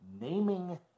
naming